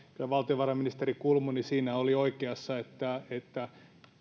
kyllä valtiovarainministeri kulmuni siinä oli oikeassa että kyllähän